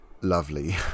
lovely